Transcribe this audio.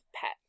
pet